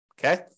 Okay